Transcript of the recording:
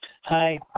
Hi